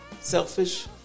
selfish